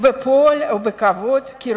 בפועל או כאות כבוד,